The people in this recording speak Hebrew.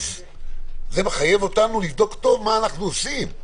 זה מחייב אותנו לבדוק היטב מה אנחנו עושים,